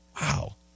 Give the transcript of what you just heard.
Wow